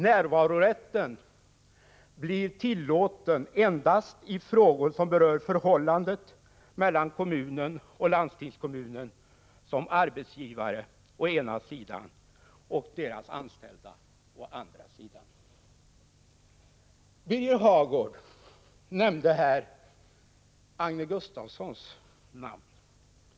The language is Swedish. Närvarorätten blir tillåten endast i frågor som berör förhållandet mellan kommunen och landstingskommunen som arbetsgivare å ena sidan och deras anställda å andra sidan. Birger Hagård nämnde här Agne Gustafsson.